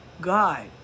God